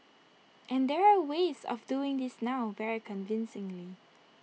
and there are ways of doing this now very convincingly